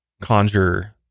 conjure